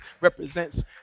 represents